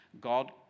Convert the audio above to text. God